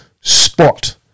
spot